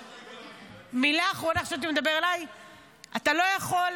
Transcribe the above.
מילה אחרונה, אתה לא יכול,